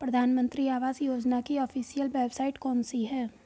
प्रधानमंत्री आवास योजना की ऑफिशियल वेबसाइट कौन सी है?